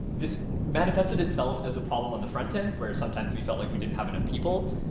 this manifested itself as a problem on the frontend, where sometimes we felt like we didn't have enough people.